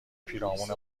پیرامون